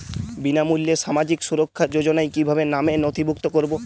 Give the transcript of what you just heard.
বিনামূল্যে সামাজিক সুরক্ষা যোজনায় কিভাবে নামে নথিভুক্ত করবো?